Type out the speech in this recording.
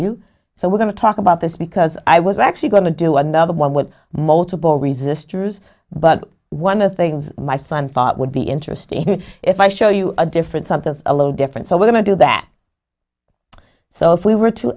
you so we're going to talk about this because i was actually going to do another one with multiple resistors but one of the things my son thought would be interesting if i show you a different something a little different so we're going to do that so if we were to